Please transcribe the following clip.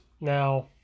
Now